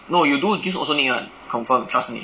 no you do drinks also need [one] confirm trust me